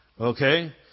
Okay